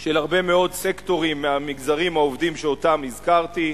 של הרבה מאוד סקטורים מהמגזרים העובדים שאותם הזכרתי.